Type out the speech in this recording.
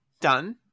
Done